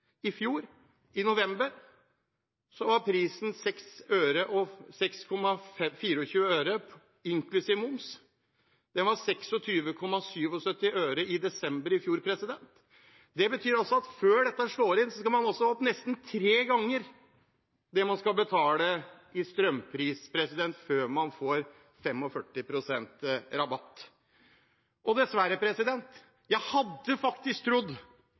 I november i fjor var prisen 6,24 øre inklusiv moms, og den var 26,77 øre i desember i fjor. Det betyr at før dette slår inn, skal man ha nesten tre ganger det man betalte i strømpris i fjor – før man får 45 pst. rabatt. Dessverre – for jeg hadde faktisk trodd